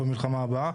במלחמה הבאה,